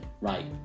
right